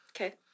Okay